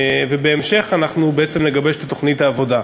ובהמשך אנחנו בעצם נגבש את תוכנית העבודה.